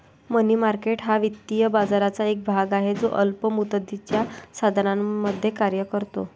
मनी market हा वित्तीय बाजाराचा एक भाग आहे जो अल्प मुदतीच्या साधनांमध्ये कार्य करतो